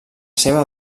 seva